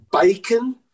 bacon